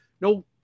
no